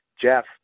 Jeff